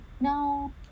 No